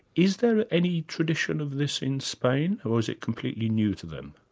is there any tradition of this in spain, or is it completely new to them?